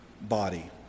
body